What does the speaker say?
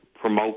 promote